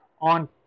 on